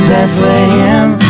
Bethlehem